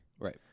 Right